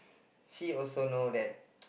she also know that